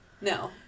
No